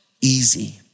easy